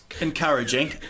encouraging